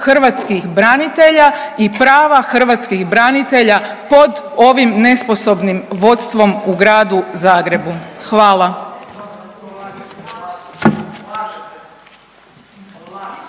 hrvatskih branitelja i prava hrvatskih branitelja pod ovim nesposobnim vodstvom u gradu Zagrebu. Hvala.